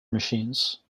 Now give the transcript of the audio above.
machines